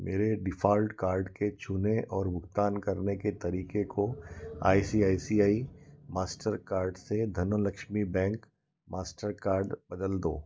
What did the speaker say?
मेरे default card के छूने और भुगतान करने के तरीके को आई सी आई सी आई मास्टरकार्ड से धनलक्ष्मी बैंक मास्टरकार्ड बदल दो